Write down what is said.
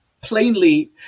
plainly